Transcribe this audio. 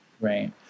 right